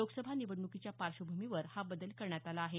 लोकसभा निवडणूकीच्या पार्श्वभूमीवर हा बदल करण्यात आला आहे